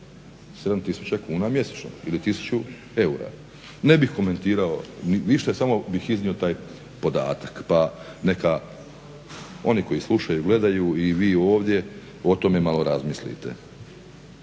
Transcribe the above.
7000 kuna mjesečno ili 1000 eura. Ne bih komentirao ništa, samo bih iznio taj podatak pa neka oni koji slušaju, gledaju i vi ovdje o tome malo razmislite.